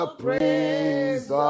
praise